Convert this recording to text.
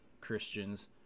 christians